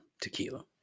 tequila